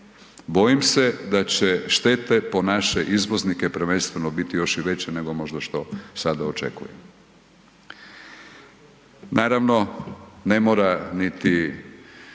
bojim se da će štete po naše izvoznike prvenstveno biti još i veće nego možda što sada očekujemo. Naravno, ne mora niti